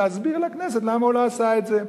להסביר לכנסת למה הוא לא עשה את זה?